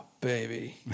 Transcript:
baby